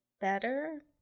better